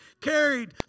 carried